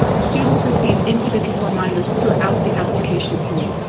students receive individual reminders throughout the application period,